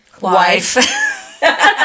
Wife